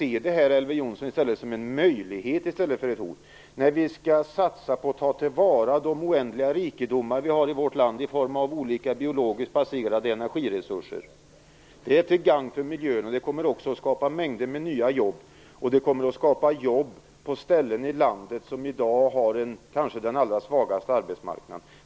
Elver Jonsson, se det här som en möjlighet, inte som ett hot! Vi skall satsa på att ta till vara de oändliga rikedomar som finns i vårt land i form av olika biologiskt baserade energiresurser. Det är till gagn för miljön, och det kommer att skapa en mängd nya jobb också på ställen i landet som i dag kanske har den allra svagaste arbetsmarknaden.